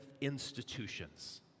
institutions